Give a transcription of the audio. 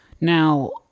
Now